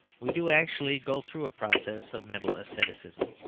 we do actually go through a process of mental asceticism,